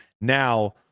now